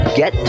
get